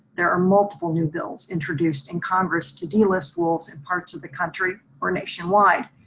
there are multiple new bills introduced in congress to delist wolves in parts of the country or nationwide.